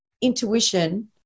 intuition